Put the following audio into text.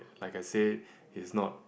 like I said is not